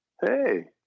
hey